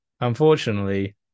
unfortunately